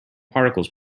particles